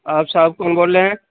آپ صاحب کون بول رہے ہیں